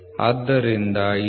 ಆದ್ದರಿಂದ L